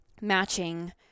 matching